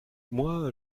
moi